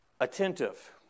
Attentive